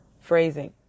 phrasing